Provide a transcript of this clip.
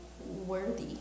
worthy